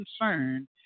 concern